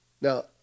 Now